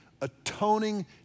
atoning